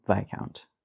Viscount